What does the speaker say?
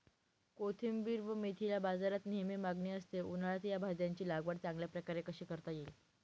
कोथिंबिर व मेथीला बाजारात नेहमी मागणी असते, उन्हाळ्यात या भाज्यांची लागवड चांगल्या प्रकारे कशी करता येईल?